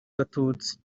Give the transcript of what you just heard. gatutsi